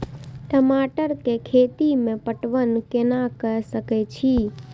टमाटर कै खैती में पटवन कैना क सके छी?